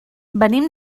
venim